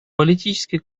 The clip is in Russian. политическая